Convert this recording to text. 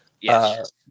Yes